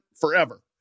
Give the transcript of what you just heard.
forever